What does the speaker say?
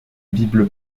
bible